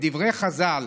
כדברי חז"ל: